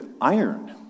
iron